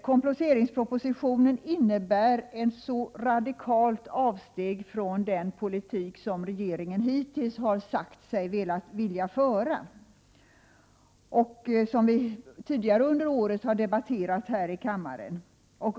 Kompletteringspropositionen innebär ett så radikalt avsteg från den politik som regeringen hittills har sagt sig vilja föra och som vi tidigare under året debatterat här i kammaren.